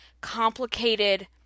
complicated